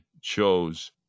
chose